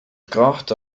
gekracht